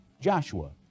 joshua